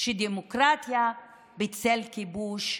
שדמוקרטיה בצל כיבוש,